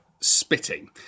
spitting